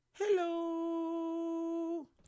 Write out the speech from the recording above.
Hello